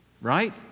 right